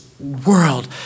world